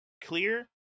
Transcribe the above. clear